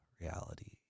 reality